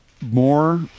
more